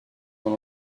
dans